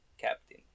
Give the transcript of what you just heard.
Captain